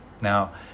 now